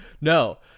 no